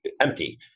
empty